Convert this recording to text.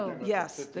yes. the